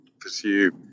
pursue